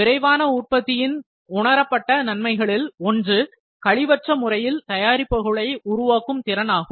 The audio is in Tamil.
விரைவான உற்பத்தியின் உணரப்பட்ட நன்மைகளில் ஒன்று கழிவற்ற முறையில் தயாரிப்புகளை உருவாக்கும் திறன் ஆகும்